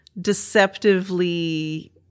deceptively